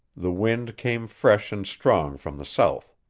the wind came fresh and strong from the south.